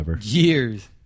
years